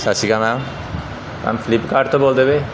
ਸਤਿ ਸ਼੍ਰੀ ਅਕਾਲ ਮੈਮ ਮੈਮ ਫਲਿੱਪਕਾਟ ਤੋਂ ਬੋਲਦੇ ਪਏ